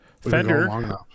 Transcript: fender